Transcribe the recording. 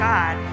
God